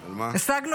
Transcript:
לא רציתם את